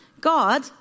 God